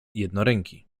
jednoręki